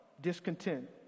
discontent